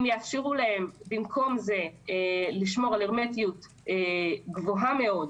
אם יאפשרו להם במקום זה לשמור על הרמטיות גבוהה מאוד,